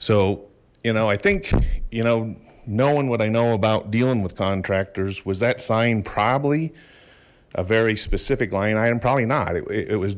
so you know i think you know knowing what i know about dealing with contractors was that sign probably a very specific line i am probably not it